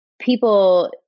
people